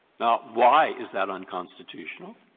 now, why is that unconstitutional?